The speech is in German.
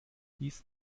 dies